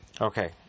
Okay